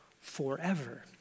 forever